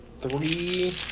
three